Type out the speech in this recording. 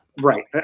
Right